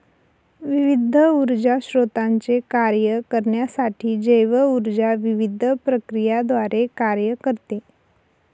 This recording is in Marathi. विविध ऊर्जा स्त्रोतांचे कार्य करण्यासाठी जैव ऊर्जा विविध प्रक्रियांद्वारे कार्य करते